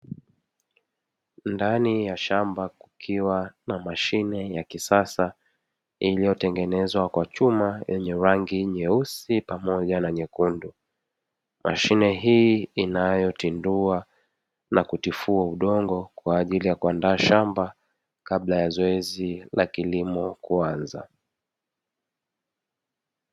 Ndani ya shamba, kukiwa na mashine ya kisasa iliyotengenezwa kwa chuma, yenye rangi nyeusi pamoja na nyekundu. Mashine hii inayotindua na kutifua udongo kwa ajili ya kuandaa shamba kabla ya zoezi la kilimo kuanza.